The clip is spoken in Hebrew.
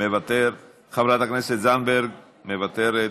מוותר, חברת הכנסת זנדברג, מוותרת,